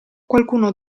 qualcuno